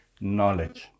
knowledge